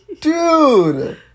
Dude